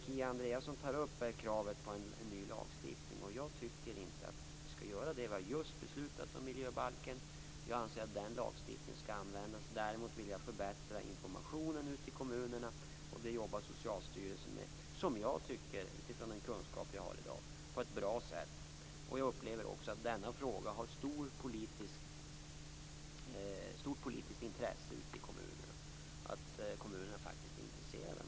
Kia Andreasson tar upp kravet på en ny lagstiftning. Jag tycker inte att vi skall införa en sådan. Vi har just beslutat om miljöbalken, och jag anser att den lagstiftningen skall användas. Däremot vill jag förbättra informationen ut till kommunerna, och detta jobbar Socialstyrelsen med på ett bra sätt. Jag upplever också att denna fråga är av stort politiskt intresse. Kommunerna är faktiskt intresserade av den här frågan.